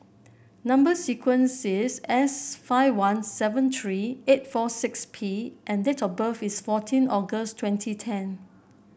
number sequence is S five one seven three eight four six P and date of birth is fourteen August twenty ten